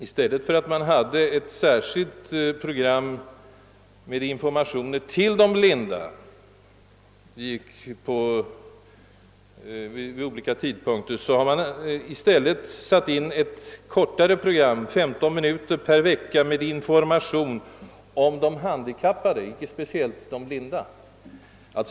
I stället för att man vid olika tidpunkter sände särskilda program med informationer till de blinda har man nu satt in ett kortare program — femton minuter per vecka -— med information om de handikappade, alltså inte speciellt om de blinda.